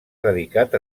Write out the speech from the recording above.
dedicat